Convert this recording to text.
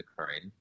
occurring